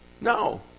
No